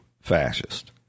fascist